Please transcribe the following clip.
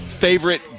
Favorite